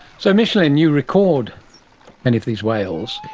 so micheline, you record many of these whales.